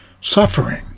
Suffering